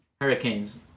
Hurricanes